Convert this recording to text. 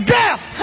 death